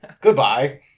Goodbye